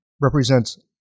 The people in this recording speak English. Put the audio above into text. represents